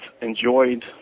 enjoyed